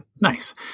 Nice